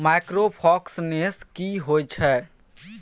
Microfinance की होय छै?